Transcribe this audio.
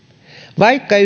vaikka